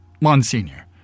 Monsignor